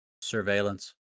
Surveillance